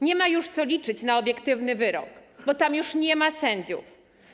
Nie ma już co liczyć na obiektywny wyrok, bo tam już nie ma sędziów.